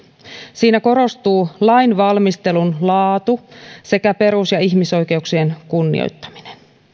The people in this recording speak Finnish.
siinä korostuu lainvalmistelun laatu sekä perus ja ihmisoikeuksien kunnioittaminen